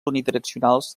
unidireccionals